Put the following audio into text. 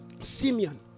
simeon